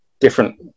different